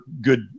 good